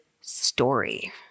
story